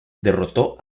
derrotó